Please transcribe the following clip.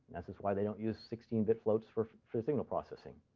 this is why they don't use sixteen bit floats for for signal processing.